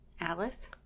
Alice